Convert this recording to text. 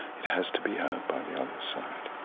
it has to be heard by the other side.